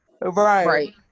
right